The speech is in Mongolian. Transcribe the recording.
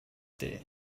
дээ